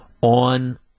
on